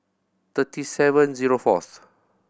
thirty seven zero fourth